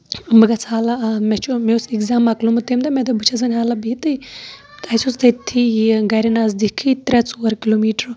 بہٕ گژھ حالہ مےٚ چھُ مےٚ اوس ایٚکزام مۄکلومُت تَمہِ دۄہ مےٚ دوٚپ بہٕ چھَس وۄنۍ حالہ بِہتھٕے تہٕ اَسہِ اوس تٔتھٕے یہِ گرِ نَزدیٖکھٕے ترٛےٚ ژور کِلوٗ میٖڑ